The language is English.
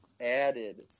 added